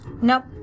Nope